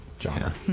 genre